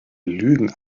lügen